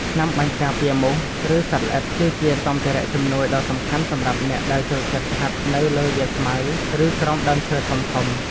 ថ្នាំបាញ់ការពារមូស ឬសត្វល្អិត គឺជាសម្ភារៈជំនួយដ៏សំខាន់សម្រាប់អ្នកដែលចូលចិត្តហាត់នៅលើវាលស្មៅ ឬក្រោមដើមឈើធំៗ។